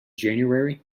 january